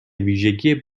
ویژگی